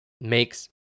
makes